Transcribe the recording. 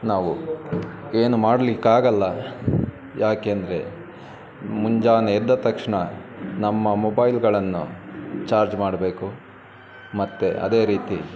ನಾವು ಏನೂ ಮಾಡ್ಲಿಕ್ಕಾಗಲ್ಲ ಏಕೆಂದ್ರೆ ಮುಂಜಾನೆ ಎದ್ದ ತಕ್ಷಣ ನಮ್ಮ ಮೊಬೈಲ್ಗಳನ್ನು ಚಾರ್ಜ್ ಮಾಡಬೇಕು ಮತ್ತೆ ಅದೇ ರೀತಿ